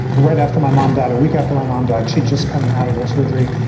right after my mom died, a week after my mom died. she'd just come out of her surgery.